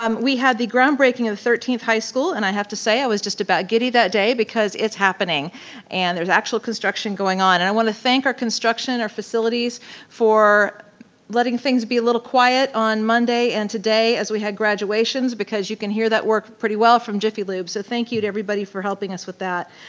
um we had the groundbreaking of the thirteenth high school and i have to say i was just about giddy that day because it's happening and there's actual construction going on and i wanna thank our construction and our facilities for letting things be a little quiet on monday and today as we had graduations because you can hear that work pretty well from jiffy lubes so thank you to everybody for helping us with that.